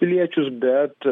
piliečius bet